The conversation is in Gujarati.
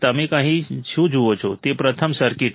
તમે અહીં શું જુઓ છો તે પ્રથમ સર્કિટ છે